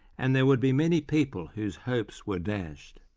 and there would be many people whose hopes were dashed.